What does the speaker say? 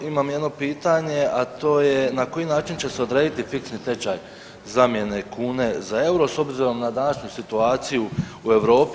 Imam jedno pitanje, a to je na koji način će se odrediti fiksni tečaj zamjene kune za euro s obzirom na današnju situaciju u Europi.